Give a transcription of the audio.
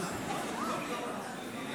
תוציא אותם.